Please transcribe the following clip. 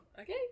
Okay